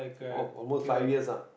oh almost five years ah